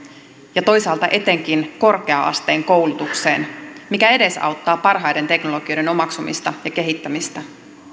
ja toisaalta etenkin korkea asteen koulutukseen mikä edesauttaa parhaiden teknologioiden omaksumista ja kehittämistä